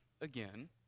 again